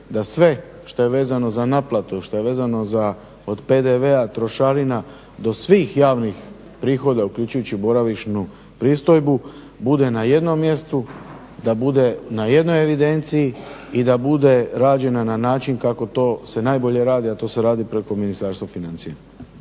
da sve što je vezano za naplatu, od PDV-a, trošarina do svih javnih prihoda uključujući boravišnu pristojbu bude na jednom mjestu, da bude na jednoj evidenciji i da bude rađena na način kako to se najbolje radi a to se radi preko Ministarstva financija.